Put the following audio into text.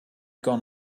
gone